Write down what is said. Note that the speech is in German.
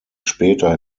später